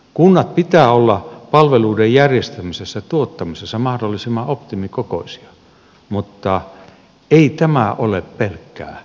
kuntien pitää olla palveluiden järjestämisessä ja tuottamisessa mahdollisimman optimikokoisia mutta ei tämä ole pelkkää mekaniikkaa